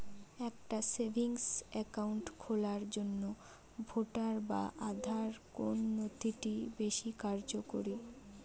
একটা savings account খোলার জন্য ভোটার বা আধার কোন নথিটি বেশী কার্যকরী?